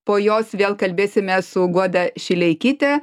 po jos vėl kalbėsime su guoda šileikyte